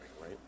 right